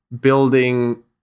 building